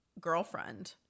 girlfriend